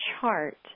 chart